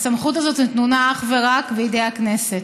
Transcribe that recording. ההחלטה הזאת נתונה אך ורק בידי הכנסת.